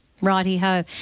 righty-ho